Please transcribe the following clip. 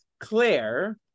Claire